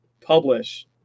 publish